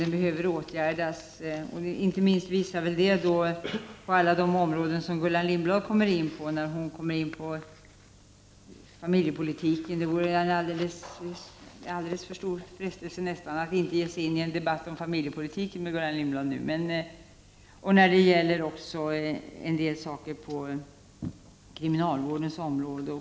Det visar inte minst det Gullan Lindblad kom in på, exempelvis familjepolitiken. Det är nästan en alldeles för stor frestelse att inte ge sig in i en debatt med Gullan Lindblad om familjepolitiken, om kriminalvården och över huvud taget de rättsvårdande insatserna. Men jag har valt att inte göra — Prot.